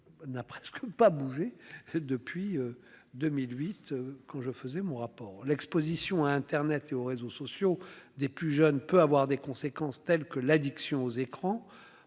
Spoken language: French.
N'a presque pas bougé depuis 2008. Quand je faisais mon rapport l'Exposition à internet et aux réseaux sociaux des plus jeunes peut avoir des conséquences telles que l'addiction aux écrans.